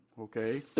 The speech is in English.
okay